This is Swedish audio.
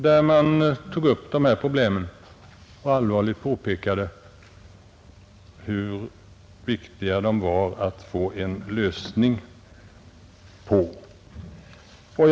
Där tog man upp dessa problem och påpekade allvarligt hur viktigt det var att få en lösning på dem.